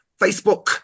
Facebook